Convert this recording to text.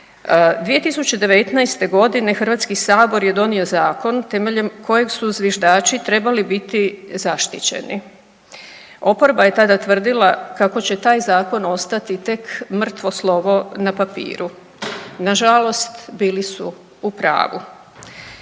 2019.g. HS je donio zakon temeljem kojeg su zviždači trebali biti zaštićeni. Oporba je tada tvrdila kako će taj zakon ostati tek mrtvo slovo na papiru. Nažalost, bili su u pravu.